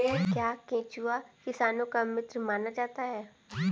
क्या केंचुआ किसानों का मित्र माना जाता है?